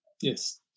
Yes